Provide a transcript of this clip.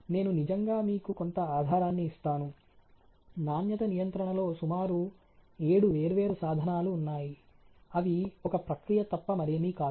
నేను నిజంగా మీకు కొంత ఆధారాన్ని ఇస్తాను నాణ్యత నియంత్రణలో సుమారు 7 వేర్వేరు సాధనాలు ఉన్నాయి అవి ఒక ప్రక్రియ తప్ప మరేమీ కాదు